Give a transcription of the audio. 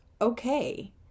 okay